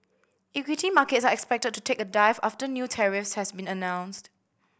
equity markets are expected to take a dive after new tariffs has been announced